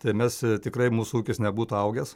tai mes e tikrai mūsų ūkis nebūtų augęs